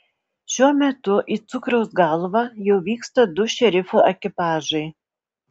šiuo metu į cukraus galvą jau vyksta du šerifo ekipažai